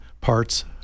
parts